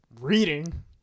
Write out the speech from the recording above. Reading